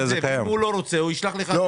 אם הוא לא רוצה הוא ישלח לך --- לא,